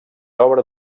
obra